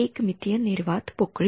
एक मितीय निर्वात पोकळी